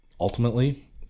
ultimately